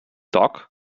dock